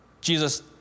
Jesus